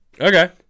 Okay